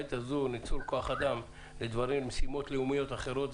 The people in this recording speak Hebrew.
שבעת הזו ניצול כוח אדם למשימות לאומיות אחרות,